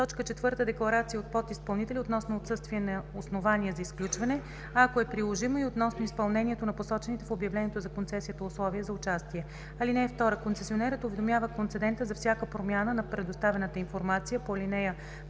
4. декларация от подизпълнителя относно отсъствие на основание за изключване, а ако е приложимо – и относно изпълнението на посочените в обявлението за концесията условия за участие. (2) Концесионерът уведомява концедента за всяка промяна на предоставената информация по ал.